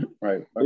right